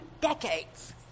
decades